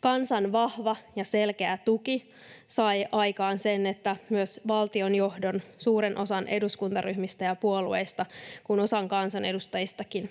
Kansan vahva ja selkeä tuki sai aikaan sen, että niin valtionjohto ja suuri osa eduskuntaryhmistä ja puolueista kuin osa kansanedustajistakin